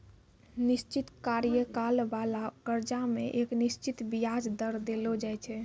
निश्चित कार्यकाल बाला कर्जा मे एक निश्चित बियाज दर देलो जाय छै